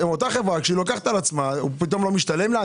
אותה חברה שלוקחת על עצמה, פתאום זה לא משתלם לה?